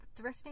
thrifting